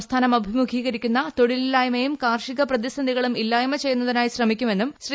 സംസ്ഥാനം അഭിമുഖീകരിക്കുന്ന കാർഷിക പ്രതിസന്ധികളും ഇല്ലായ്മ ചെയ്യുന്നതിനായി ശ്രമിക്കുമെന്നും ശ്രീ